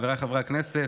חבריי חברי הכנסת,